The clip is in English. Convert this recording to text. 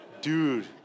Dude